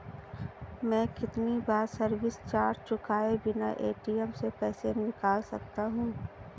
मैं कितनी बार सर्विस चार्ज चुकाए बिना ए.टी.एम से पैसे निकाल सकता हूं?